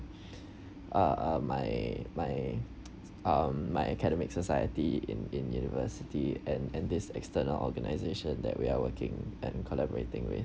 uh uh my my um my academic society in in university and and this external organisation that we are working and collaborating with